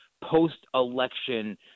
post-election